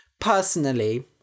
Personally